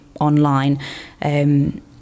online